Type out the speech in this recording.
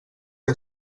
que